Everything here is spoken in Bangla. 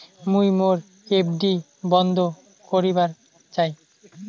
মুই মোর এফ.ডি বন্ধ করিবার চাই